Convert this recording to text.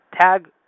Tag